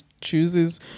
chooses